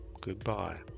Goodbye